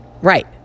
Right